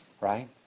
right